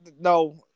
no